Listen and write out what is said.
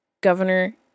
Governor